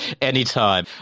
Anytime